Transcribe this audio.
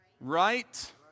right